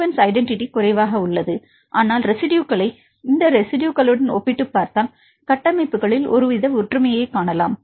sequence identity குறைவாக உள்ளது ஆனால் இந்த ரெஸிட்யுகளை இந்த ரெஸிட்யு களுடன் ஒப்பிட்டுப் பார்த்தால் கட்டமைப்புகளில் ஒருவித ஒற்றுமையைக் காணலாம்